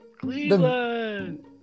Cleveland